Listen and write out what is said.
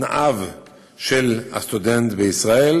תנאיו של הסטודנט בישראל.